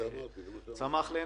צמח לאין-ערוך,